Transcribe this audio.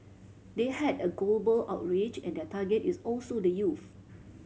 they had a global outreach and their target is also the youth